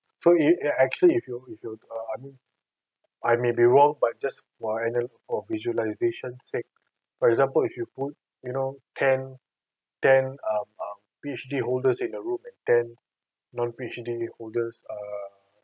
so you ac~ actually if you if you uh I mean I may be wrong but just for analy~ visualization sake for example if you put you know ten ten um a um P_H_D holders in the room and ten non-P_H_D holders err